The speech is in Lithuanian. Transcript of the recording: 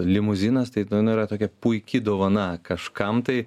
limuzinas tai yra tokia puiki dovana kažkam tai